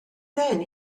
then